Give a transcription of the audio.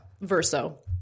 Verso